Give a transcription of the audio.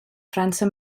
frança